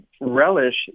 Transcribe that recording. relish